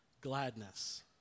gladness